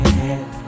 head